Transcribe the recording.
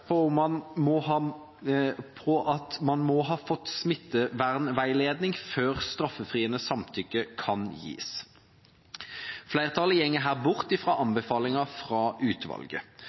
om at man må ha fått smittevernveiledning før straffriende samtykke kan gis. Flertallet går her bort fra anbefalingen fra utvalget.